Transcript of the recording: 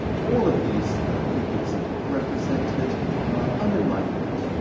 all of these figures represented unenlightenment,